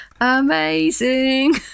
Amazing